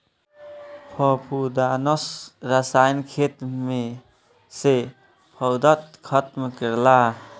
फंफूदनाशक रसायन खेत में से फंफूद खतम करेला